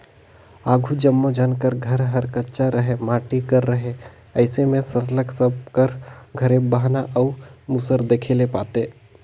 आघु जम्मो झन कर घर हर कच्चा रहें माटी कर रहे अइसे में सरलग सब कर घरे बहना अउ मूसर देखे ले पाते